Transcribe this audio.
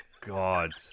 God